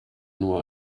nur